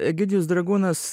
egidijus dragūnas